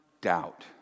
doubt